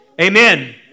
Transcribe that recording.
Amen